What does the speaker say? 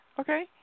Okay